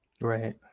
Right